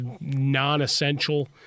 non-essential